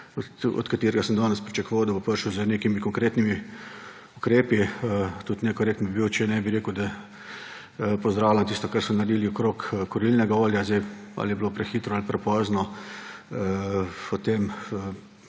od katerega sem danes pričakoval, da bo prišel z nekimi konkretnimi ukrepi. Tudi nekorekten bi bil, če ne bi rekel, da pozdravljam tisto, kar so naredili glede kurilnega olja. Ali je bilo prehitro ali prepozno, o tem